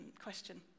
question